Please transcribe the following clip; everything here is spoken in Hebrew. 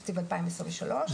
תקציב 2023,